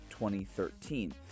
2013